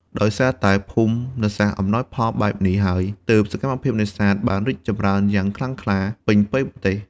ដោយសារតែភូមិសាស្ត្រអំណោយផលបែបនេះហើយ ទើបសកម្មភាពនេសាទបានរីកចម្រើនយ៉ាងខ្លាំងក្លាពេញផ្ទៃប្រទេស។